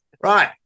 Right